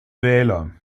wähler